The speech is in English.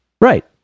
Right